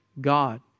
God